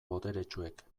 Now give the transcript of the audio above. boteretsuek